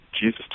Jesus